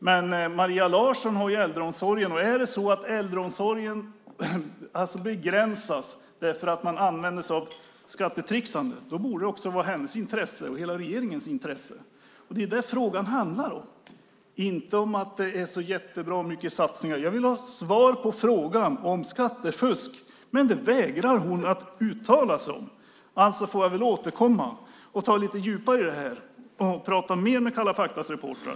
Men Maria Larsson har ansvar för äldreomsorgen, och om nu äldreomsorgen begränsas för att man använder skattetricksande borde det vara en fråga i hennes och hela regeringens intresse. Det är ju detta frågan handlar om, inte om att det är så jättebra med mycket satsningar. Jag vill ha svar på frågan om skattefusk, men Maria Larsson vägrar uttala sig. Alltså får jag väl återkomma och gå lite mer på djupet i detta och prata mer med Kalla faktas reportrar.